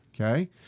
Okay